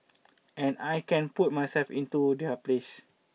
and I can put myself into their place